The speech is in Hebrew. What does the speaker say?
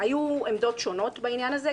היו עמדות שונות בעניין הזה,